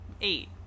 eight